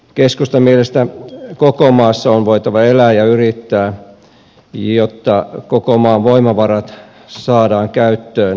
keskustan mielestä koko maassa on voitava elää ja yrittää jotta koko maan voimavarat saadaan käyttöön